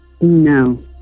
no